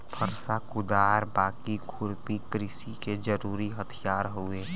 फरसा, कुदार, बाकी, खुरपी कृषि के जरुरी हथियार हउवे